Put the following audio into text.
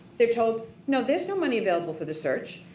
they're told, no, there's no money available for the search.